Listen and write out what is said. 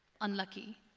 unlucky